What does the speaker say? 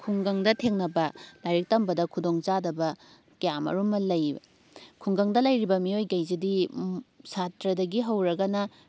ꯈꯨꯡꯒꯪꯗ ꯊꯦꯡꯅꯕ ꯂꯥꯏꯔꯤꯛ ꯇꯝꯕꯗ ꯈꯨꯗꯣꯡ ꯆꯥꯗꯕ ꯀꯌꯥ ꯃꯔꯨꯝ ꯑꯃ ꯂꯩꯌꯦꯕ ꯈꯨꯡꯒꯪꯗ ꯂꯩꯔꯤꯕ ꯃꯤꯑꯣꯏꯈꯩꯁꯤꯗꯤ ꯁꯥꯇ꯭ꯔꯗꯒꯤ ꯍꯧꯔꯒꯅ